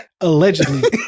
Allegedly